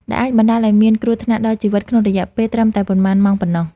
ដែលអាចបណ្តាលឱ្យមានគ្រោះថ្នាក់ដល់ជីវិតក្នុងរយៈពេលត្រឹមតែប៉ុន្មានម៉ោងប៉ុណ្ណោះ។